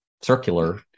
circular